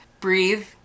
breathe